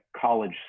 college